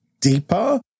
deeper